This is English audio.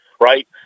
right